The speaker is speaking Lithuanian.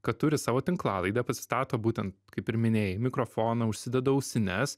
kad turi savo tinklalaidę pasistato būtent kaip ir minėjai mikrofoną užsideda ausines